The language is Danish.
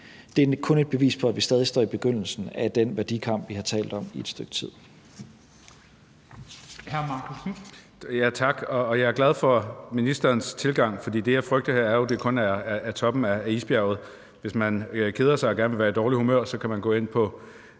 er kun et bevis på, at vi stadig står i begyndelsen af den værdikamp, vi har talt om i et stykke tid.